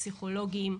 פסיכולוגים.